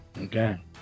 Okay